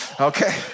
Okay